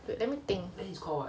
wait let me think